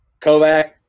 Kovac